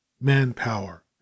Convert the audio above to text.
Manpower